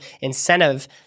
incentive